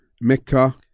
Mecca